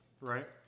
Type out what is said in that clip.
right